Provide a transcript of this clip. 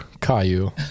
Caillou